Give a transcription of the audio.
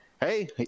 hey